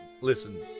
Listen